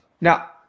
now